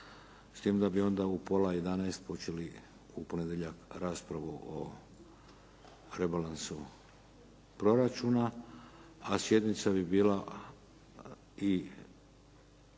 s tim da bi onda u 10,30 sati počeli u ponedjeljak raspravu o rebalansu proračuna. A sjednica bi bila i